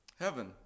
Heaven